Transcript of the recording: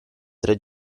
tre